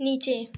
नीचे